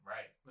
Right